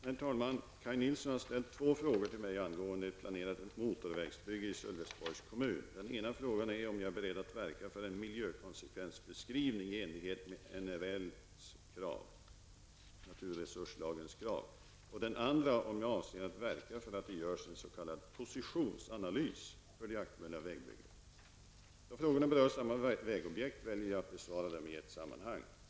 Herr talman! Kaj Nilsson har ställt två frågor till mig angående ett planerat motorvägsbygge i Sölvesborgs kommun. Den ena frågan är om jag är beredd att verka för en miljökonsekvensbeskrivning i enlighet med naturresurslagens, NRLs, krav och den andra om jag avser att verka för att det görs en s.k. Då frågorna berör samma vägobjekt väljer jag att besvara dem i ett sammanhang.